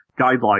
guidelines